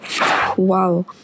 Wow